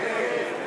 שלי יחימוביץ,